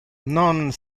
non